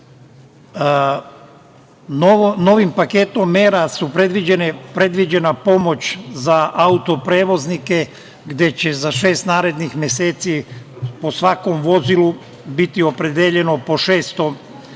paketom mera je predviđena pomoć za autoprevoznike, gde će za šest narednih meseci po svakom vozilu biti opredeljeno po 600 evra.